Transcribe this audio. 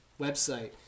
website